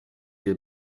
des